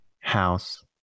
house